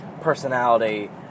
personality